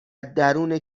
درون